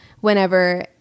whenever